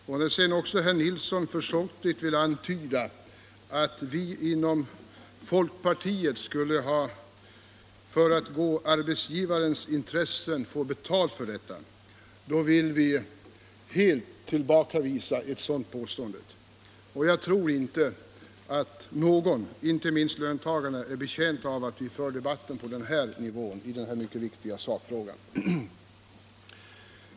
Herr Nilsson antydde dessutom försåtligt att folkpartiet skulle företräda arbetsgivarnas intressen och få betalt för detta. Jag vill bestämt tillbakavisa ett sådant påstående. Jag tror inte att någon, allra minst löntagarna, är betjänt av att vi för debatten på den nivån i denna mycket viktiga fråga.